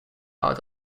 out